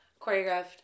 choreographed